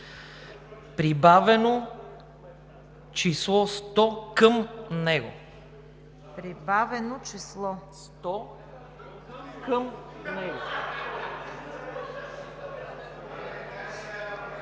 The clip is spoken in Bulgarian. прибавено число 100 към него“.